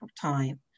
time